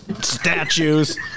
statues